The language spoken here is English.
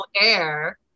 air